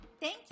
Thank